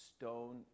stone